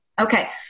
Okay